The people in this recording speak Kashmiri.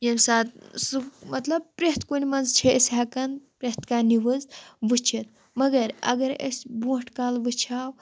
ییٚمہِ سات سُہ مطلب پرٛٮ۪تھ منٛز چھِ أسۍ ہٮ۪کان پرٛٮ۪تھ کانٛہہ نِوٕز وٕچھِتھ مگر اگرَے أسۍ برٛونٛٹھ کال وٕچھہَو